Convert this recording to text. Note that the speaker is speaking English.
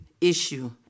issue